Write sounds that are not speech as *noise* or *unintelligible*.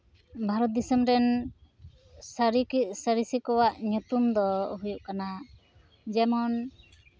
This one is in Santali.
ᱵᱷᱟᱨᱚᱛ ᱫᱤᱥᱚᱢ ᱨᱮᱱ *unintelligible* ᱥᱟᱬᱮᱥᱤᱭᱟᱹ ᱠᱚᱣᱟᱜ ᱧᱩᱛᱩᱢ ᱫᱚ ᱦᱩᱭᱩᱜ ᱠᱟᱱᱟ ᱡᱮᱢᱚᱱ